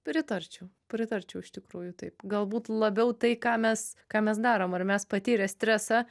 pritarčiau pritarčiau iš tikrųjų taip galbūt labiau tai ką mes ką mes darom ar mes patyrę stresą